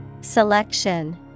Selection